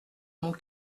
mon